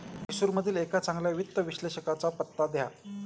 म्हैसूरमधील एका चांगल्या वित्त विश्लेषकाचा पत्ता द्या